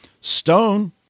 Stone